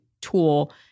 tool